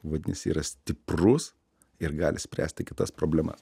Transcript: vadinasi yra stiprus ir gali spręsti kitas problemas